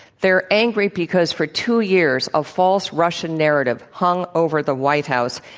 they're angry because for two years, a false russian narrative hung over the white house,